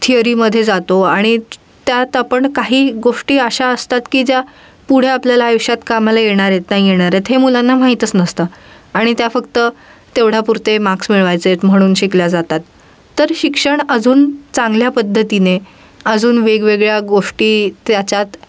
थिअरीमध्ये जातो आणि त्यात आपण काही गोष्टी अशा असतात की ज्या पुढे आपल्याला आयुष्यात कामाला येणार आहेत नाही येणार आहेत हे मुलांना माहीतच नसतं आणि त्या फक्त तेवढ्यापुरते मार्क्स मिळवायचेत म्हणून शिकल्या जातात तर शिक्षण अजून चांगल्या पद्धतीने अजून वेगवेगळ्या गोष्टी त्याच्यात